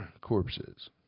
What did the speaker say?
Corpses